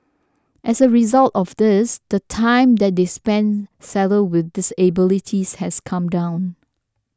as a result of this the time that they spend saddled with disabilities has come down